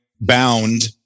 Bound